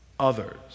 others